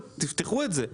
תפתחו את זה,